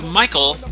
michael